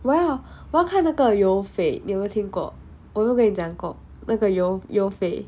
我要我要看那个邮费你有没有听过我有没有跟你讲过那个邮邮费